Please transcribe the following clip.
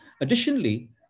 Additionally